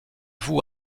vous